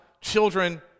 children